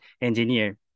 engineer